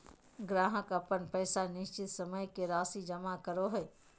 ग्राहक अपन पैसा निश्चित समय के राशि जमा करो हइ